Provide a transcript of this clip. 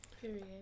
Period